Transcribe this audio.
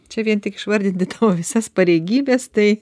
čia vien tik išvardinti tavo visas pareigybes tai